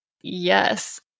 Yes